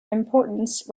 importance